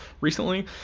recently